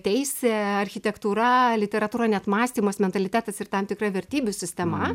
teisė architektūra literatūra net mąstymas mentalitetas ir tam tikra vertybių sistema